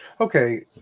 Okay